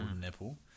nipple